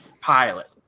pilot